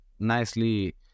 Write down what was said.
nicely